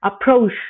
approach